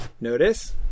notice